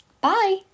bye